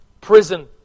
prison